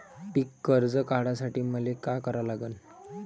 पिक कर्ज काढासाठी मले का करा लागन?